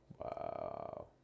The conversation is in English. Wow